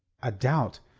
a doubt,